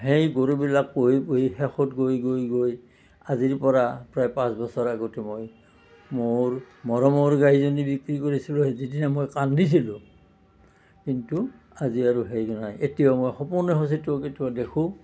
সেই গৰুবিলাক পুহি পুহি শেষত গৈ গৈ গৈ আজিৰ পৰা প্ৰায় পাঁচ বছৰ আগতে মই মোৰ মৰমৰ গাইজনী বিক্ৰী কৰিছিলোঁ সেইদিনা মই কান্দিছিলোঁ কিন্তু আজি আৰু সেইটো নাই মই এতিয়াও সপোনতে কেতিয়াবা কেতিয়াবা দেখোঁ